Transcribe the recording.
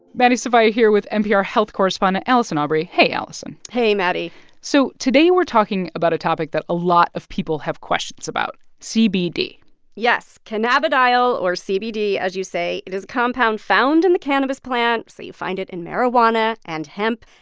maddie sofia here with npr health correspondent allison aubrey. hey, allison hey, maddie so today we're talking about a topic that a lot of people have questions about cbd yes. cannabidiol or cbd, as you say it is compound found in the cannabis plant, so you find it in marijuana and hemp.